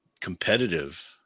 competitive